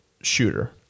shooter